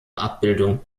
abbildung